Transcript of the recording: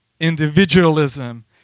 individualism